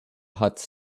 huts